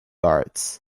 arts